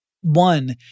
One